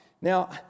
Now